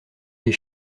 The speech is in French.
les